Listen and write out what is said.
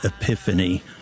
epiphany